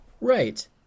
Right